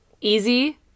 easy